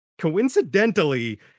coincidentally